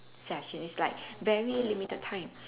session it's like very limited time